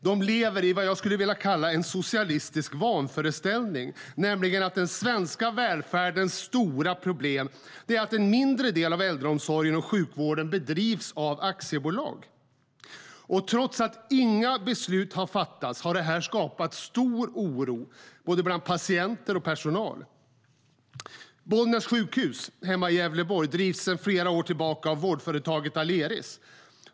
De lever i vad jag skulle vilja kalla en socialistisk vanföreställning, nämligen att den svenska välfärdens stora problem är att en mindre del av äldreomsorg och sjukvård bedrivs av aktiebolag. Trots att inga beslut har fattats har det här skapat stor oro både bland patienter och personal. Bollnäs sjukhus hemma i Gävleborg drivs sedan flera år tillbaka av vårdföretaget Aleris.